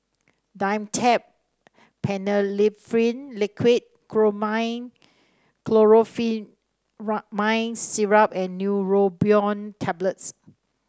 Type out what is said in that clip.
Dimetapp Phenylephrine Liquid Chlormine Chlorpheniramine Syrup and Neurobion Tablets